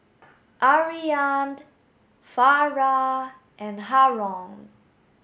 Aryan the Farah and Haron